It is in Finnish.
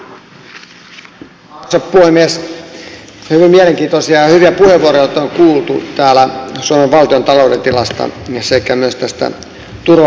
hyvin mielenkiintoisia ja hyviä puheenvuoroja on kuultu täällä suomen valtiontalouden tilasta sekä myös tästä turvallisuusnäkökulmasta